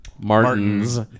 Martin's